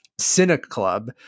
Cineclub